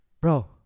bro